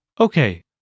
Okay